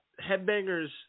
headbangers